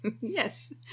Yes